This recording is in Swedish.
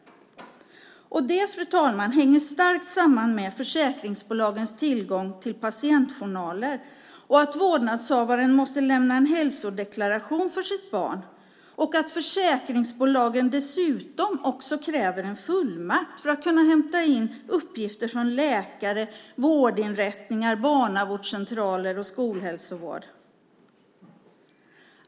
Det hänger starkt samman med försäkringsbolagens tillgång till patientjournaler och att vårdnadshavaren måste lämna en hälsodeklaration för sitt barn. Försäkringsbolagen kräver också en fullmakt för att kunna hämta in uppgifter från läkare, vårdinrättningar, barnavårdscentraler och skolhälsovård.